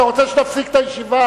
אתה רוצה שנפסיק את הישיבה,